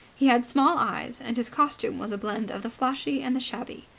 he had small eyes, and his costume was a blend of the flashy and the shabby.